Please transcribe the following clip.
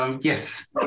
Yes